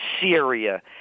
Syria